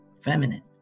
feminine